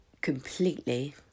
completely